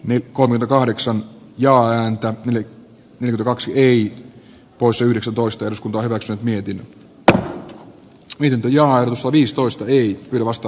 nyt kolmena kahdeksan ja ääntä eli noin kaksi plus yhdeksäntoista kuorossa mietin miten ja opistoista eli vasta